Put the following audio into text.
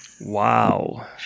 Wow